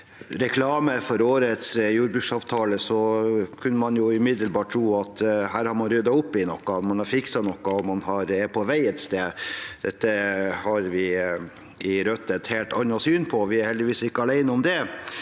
reklame for årets jordbruksavtale, kunne man umiddelbart tro at man har ryddet opp i noe, man har fikset noe, og man er på vei et sted. Dette har vi i Rødt et helt annet syn på. Vi er heldigvis ikke alene om det.